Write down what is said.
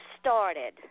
started